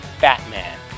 Batman